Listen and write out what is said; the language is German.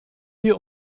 wir